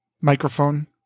microphone